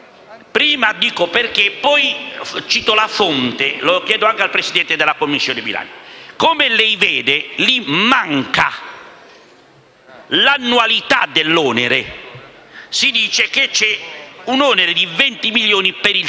Prima dico perché, poi cito la fonte e lo chiedo anche al Presidente della Commissione bilancio. Come vedete, lì manca l'annualità dell'onere. Si dice che c'è un onere di 20 milioni per il